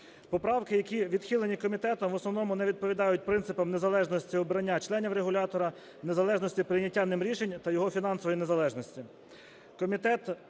Поправки, які відхилені комітетом, в основному не відповідають принципам незалежності обрання членів регулятора, незалежності прийняття ним рішень та його фінансової незалежності.